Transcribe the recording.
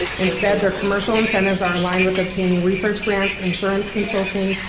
instead, their commercial incentives are aligned with obtaining research grants, insurance consulting,